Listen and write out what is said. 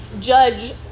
judge